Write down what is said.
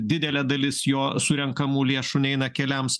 didelė dalis jo surenkamų lėšų neina keliams